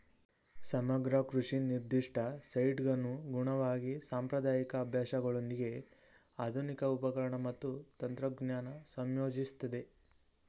ಸಮಗ್ರ ಕೃಷಿ ನಿರ್ದಿಷ್ಟ ಸೈಟ್ಗನುಗುಣವಾಗಿ ಸಾಂಪ್ರದಾಯಿಕ ಅಭ್ಯಾಸಗಳೊಂದಿಗೆ ಆಧುನಿಕ ಉಪಕರಣ ಮತ್ತು ತಂತ್ರಜ್ಞಾನ ಸಂಯೋಜಿಸ್ತದೆ